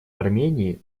армении